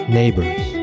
neighbors